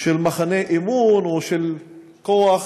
של מחנה אימון או של כוח